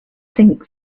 thinks